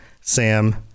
Sam